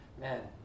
man